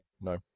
No